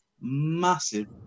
massive